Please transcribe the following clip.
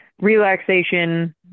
relaxation